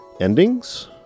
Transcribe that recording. endings